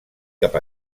cap